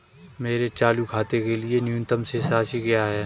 मेरे चालू खाते के लिए न्यूनतम शेष राशि क्या है?